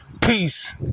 peace